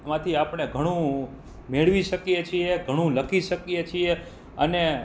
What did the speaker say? માંથી આપણે ઘણું મેળવી શકીએ છીએ ઘણું લખી શકીએ છીએ અને